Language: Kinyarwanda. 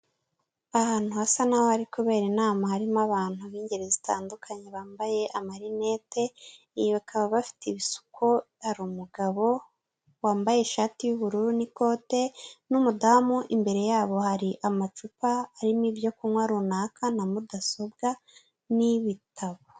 Ahantu hasa naho hari kubera inama harimo abantu b'ingeri zitandukanye bambaye amarinete, bakaba bafite ibisuko, hari umugabo wambaye ishati y'ubururu n'ikote, n'umudamu imbere yabo hari amacupa arimo ibyo kunywa runaka na mudasobwa n'ibitabo.